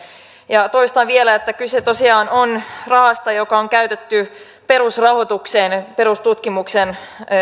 ja toistan vielä että kyse tosiaan on rahasta joka on käytetty perusrahoitukseen perustutkimuksen